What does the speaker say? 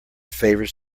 favours